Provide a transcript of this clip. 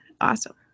Awesome